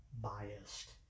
biased